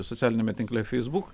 socialiniame tinkle facebook